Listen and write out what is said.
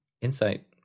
insight